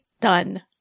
done